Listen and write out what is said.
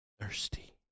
Thirsty